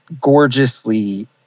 gorgeously